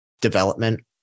development